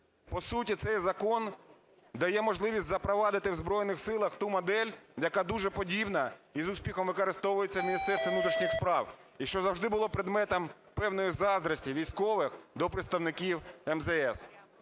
По суті, цей закон дає можливість запровадити в Збройних Силах ту модель, яка дуже подібна і з успіхом використовується Міністерством внутрішніх справ, і що завжди була предметом певної заздрості військових до представників МЗС.